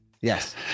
yes